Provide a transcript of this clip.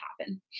happen